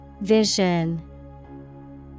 Vision